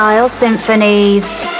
symphonies